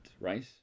right